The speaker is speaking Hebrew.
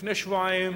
לפני שבועיים